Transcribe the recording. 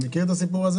אני מכיר את הסיפור.